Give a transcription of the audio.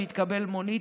והיא תקבל מונית,